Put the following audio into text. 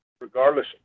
regardless